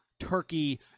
Turkey